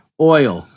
oil